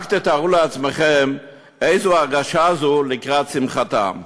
רק תתארו לעצמכם איזו הרגשה זו לקראת שמחתם.